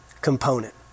component